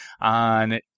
on